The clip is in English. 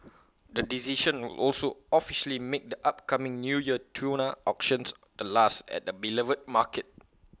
the decision will also officially make the upcoming New Year tuna auctions the last at the beloved market